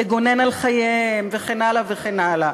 לגונן על חייהם וכן הלאה וכן הלאה.